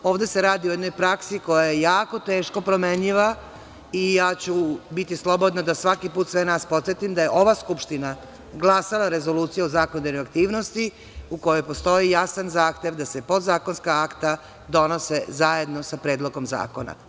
Ovde se radi o jednoj praksi koja je jako teško promenjiva i ja ću biti slobodna da svaki put sve nas podsetim da je ova Skupština glasala Rezoluciju o zakonodavnoj aktivnosti, u kojoj postoji jasan zahtev da se podzakonska akta donose zajedno sa predlogom zakona.